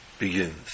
begins